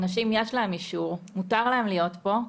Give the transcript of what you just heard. לאנשים יש אישור, מותר להם להיות פה,